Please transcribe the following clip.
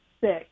six